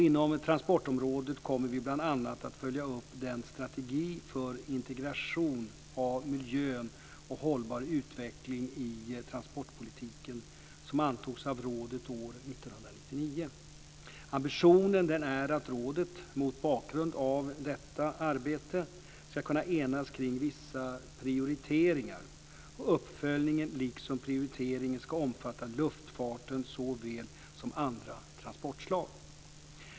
Inom transportområdet kommer vi bl.a. att följa upp den strategi för integration av miljö och hållbar utveckling i transportpolitiken som antogs av rådet år 1999. Ambitionen är att rådet, mot bakgrund av detta arbete, ska kunna enas kring vissa prioriteringar. Uppföljningen liksom prioriteringen ska omfatta luftfarten såväl som andra transportslag.